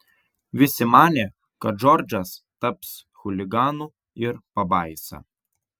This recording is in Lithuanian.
visi manė kad džordžas taps chuliganu ir pabaisa